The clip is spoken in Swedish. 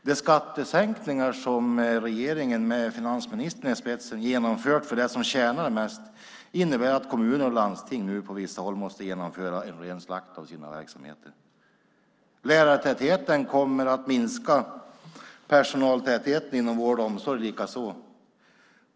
De skattesänkningar som regeringen med finansministern i spetsen genomfört för dem som tjänar mest innebär att kommuner och landsting på vissa håll måste genomföra en ren slakt av sina verksamheter. Lärartätheten kommer att minska, personaltätheten inom vård och omsorg likaså.